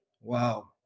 Wow